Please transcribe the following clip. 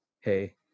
hey